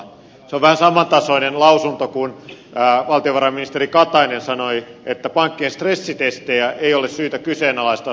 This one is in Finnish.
se on vähän samantasoinen lausunto kuin se kun valtiovarainministeri katainen sanoi että pankkien stressitestejä ei ole syytä kyseenalaistaa tai epäillä